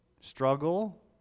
Struggle